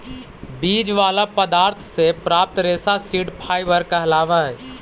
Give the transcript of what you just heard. बीज वाला पदार्थ से प्राप्त रेशा सीड फाइबर कहलावऽ हई